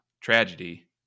Tragedy